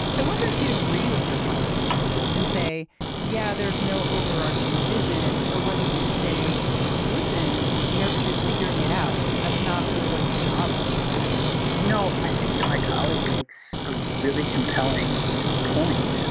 i wonder if you'd agree with your colleague and say yeah there's no overarching vision or whether you'd say listen mayor pete is figuring it out that's not really what his job was before you know i think that my colleague makes a really compelling point.